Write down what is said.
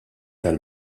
tal